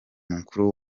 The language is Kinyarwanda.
mukuru